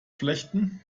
flechten